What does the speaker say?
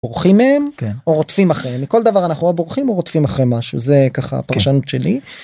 בורחים מהם או רודפים אחריהם מכל דבר אנחנו או בורחים או רודפים אחרי משהו זה ככה הפרשנות שלי.